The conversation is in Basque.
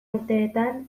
urteetan